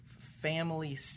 family